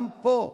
גם פה,